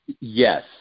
yes